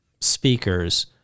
speakers